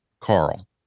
Carl